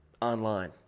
online